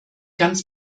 ganz